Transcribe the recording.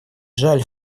жаль